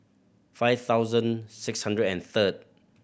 five thousand six hundred and third